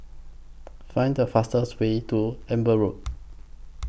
Find The fastest Way to Amber Road